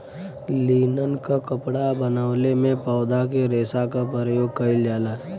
linen क कपड़ा बनवले में पौधा के रेशा क परयोग कइल जाला